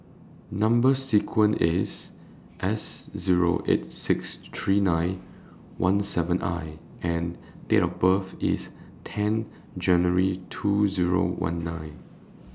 Number sequence IS S Zero eight six three nine one seven I and Date of birth IS ten January two Zero one nine